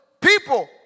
people